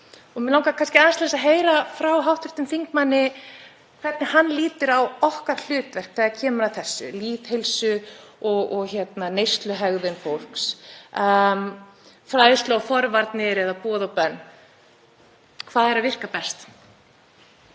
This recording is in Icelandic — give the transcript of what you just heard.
Mig langaði aðeins að heyra frá hv. þingmanni hvernig hann lítur á okkar hlutverk þegar kemur að lýðheilsu og neysluhegðun fólks, fræðsla og forvarnir eða boð og bönn, hvað er að virka best?